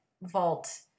vault